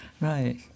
Right